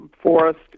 forest